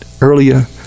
earlier